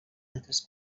altres